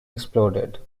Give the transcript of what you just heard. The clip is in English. exploded